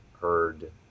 heard